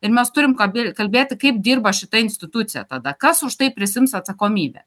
ir mes turim kabė kalbėti kaip dirba šita institucija tada kas už tai prisiims atsakomybę